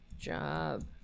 job